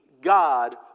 God